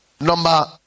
Number